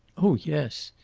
oh yes!